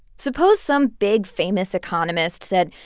suppose some big, famous economist said,